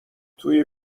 توی